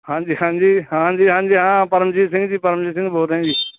ਹਾਂਜੀ ਹਾਂਜੀ ਹਾਂਜੀ ਹਾਂਜੀ ਹਾਂ ਪਰਮਜੀਤ ਸਿੰਘ ਜੀ ਪਰਮਜੀਤ ਸਿੰਘ ਬੋਲ ਰਿਹਾ ਜੀ